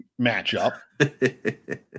matchup